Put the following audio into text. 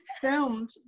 filmed